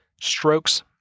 strokes